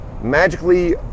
magically